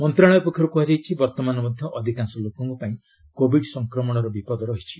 ମନ୍ତ୍ରଣାଳୟ ପକ୍ଷରୁ କୁହାଯାଇଛି ବର୍ତ୍ତମାନ ମଧ୍ୟ ଅଧିକାଂଶ ଲୋକଙ୍କ ପାଇଁ କୋଭିଡ୍ ସଂକ୍ରମଣର ବିପଦ ରହିଛି